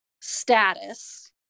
status